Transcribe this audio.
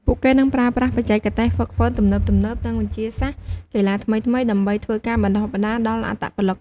ពួកគេនឹងប្រើប្រាស់បច្ចេកទេសហ្វឹកហ្វឺនទំនើបៗ និងវិទ្យាសាស្ត្រកីឡាថ្មីៗ ដើម្បីធ្វើការបណ្តុះបណ្តាលដល់អត្តពលិក។